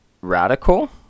Radical